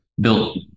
built